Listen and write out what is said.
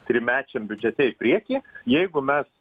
trimečiam biudžete į priekį jeigu mes